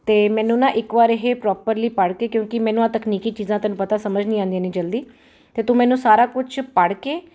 ਅਤੇ ਮੈਨੂੰ ਨਾ ਇੱਕ ਵਾਰ ਇਹ ਪ੍ਰੋਪਰਲੀ ਪਾਰਟੀ ਕਿਉਂਕਿ ਮੈਨੂੰ ਆ ਤਕਨੀਕੀ ਚੀਜ਼ਾਂ ਤੁਹਾਨੂੰ ਪਤਾ ਸਮਝ ਨਹੀਂ ਆਉਂਦੀਆਂ ਨਹੀਂ ਜਲਦੀ ਅਤੇ ਤੂੰ ਮੈਨੂੰ ਸਾਰਾ ਕੁਝ ਪੜ੍ਹ ਕੇ